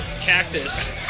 Cactus